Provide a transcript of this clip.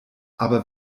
aber